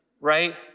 right